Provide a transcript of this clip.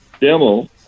demo